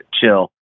chill